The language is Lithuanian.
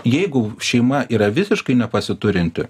jeigu šeima yra visiškai nepasiturinti